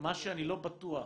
מה שאני לא בטוח